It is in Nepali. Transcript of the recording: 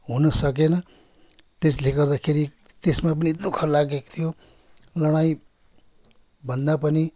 हुनसकेन त्यसले गर्दाखेरि त्यसमा पनि दुःख लागेको थियो लडाइँभन्दा पनि